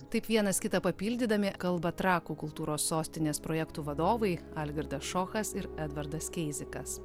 taip vienas kitą papildydami kalba trakų kultūros sostinės projektų vadovai algirdas šochas ir edvardas keizikas